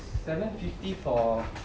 seven fifty for